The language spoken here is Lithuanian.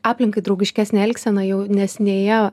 aplinkai draugiškesnę elgseną jaunesnėje